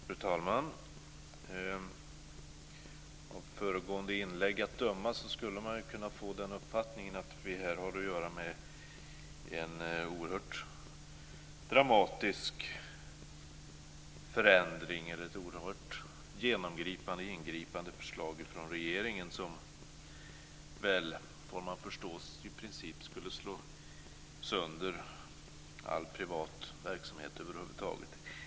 Fru talman! Av föregående inlägg skulle man kunna få uppfattningen att vi här har att göra med en oerhört dramatisk förändring, ett oerhört genomgripande förslag från regeringen som, får man förstå, i princip skulle slå sönder all privat verksamhet över huvud taget.